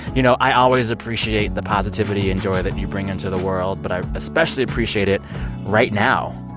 you know, i always appreciate the positivity and joy that you bring into the world. but i especially appreciate it right now.